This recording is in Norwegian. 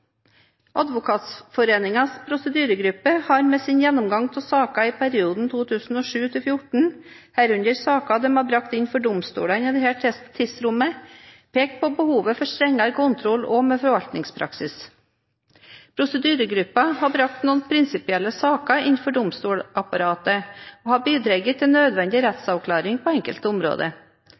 prosedyregruppe har med sin gjennomgang av saker i perioden 2007–2014, herunder saker de har brakt inn for domstolene i dette tidsrommet, pekt på behovet for strengere kontroll også med forvaltningspraksis. Prosedyregruppen har brakt noen prinsipielle saker inn for domstolsapparatet og har bidratt til nødvendig rettsavklaring på enkelte områder.